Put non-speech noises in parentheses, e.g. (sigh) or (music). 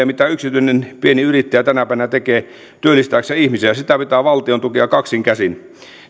(unintelligible) mitä yksityinen pieni yrittäjä tänä päivänä tekee työllistääkseen ihmisiä pitää valtion tukea kaksin käsin